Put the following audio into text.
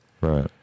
Right